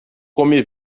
come